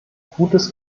gutes